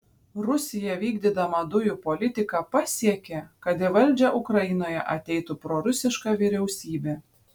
rusija vykdydama dujų politiką pasiekė kad į valdžią ukrainoje ateitų prorusiška vyriausybė